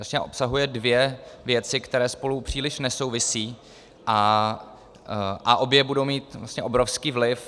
Vlastně obsahuje dvě věci, které spolu příliš nesouvisí, a obě budou mít vlastně obrovský vliv.